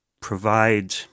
provide